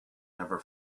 never